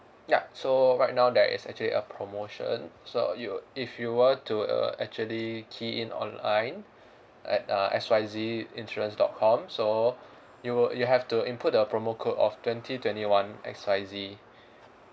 ya so right now there is actually a promotion so you if you were to uh actually key in online at uh X Y Z insurance dot com so you will you have to input the promo code of twenty twenty one X Y Z